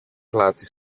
πλάτη